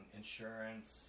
insurance